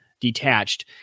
detached